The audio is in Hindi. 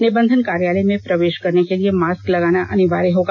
निबंधन कार्यालय में प्रवेश करने के लिए मास्क लगाना अनिवार्य होगा